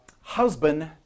husband